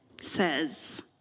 says